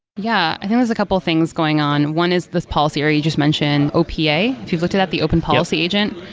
yeah. i think there's a couple things going on. one is this policy, or you just mentioned opa. if you've looked it up, the open policy agent.